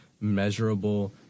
measurable